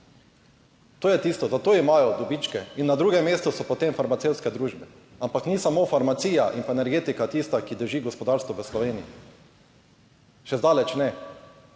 To je tisto, zato imajo dobičke. In na drugem mestu so potem farmacevtske družbe. Ampak nista samo farmacija in energetika tisti, ki držita gospodarstvo v Sloveniji, še zdaleč ne.